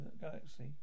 galaxy